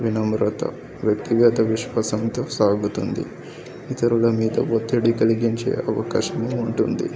వినమ్రత వ్యక్తిగత విశ్వాసంతో సాగుతుంది ఇతరుల మీద ఒత్తిడి కలిగించే అవకాశము ఉంటుంది